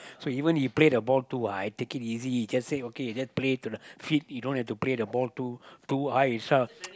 so even he play the ball too high take it easy just say okay just play to the feet you don't have to play the ball too too high shout